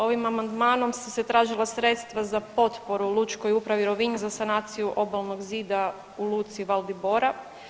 Ovim amandmanom su se tražila sredstva za potporu Lučkoj upravi Rovinj za sanaciju obalnog zida u luci Valdibora.